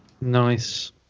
nice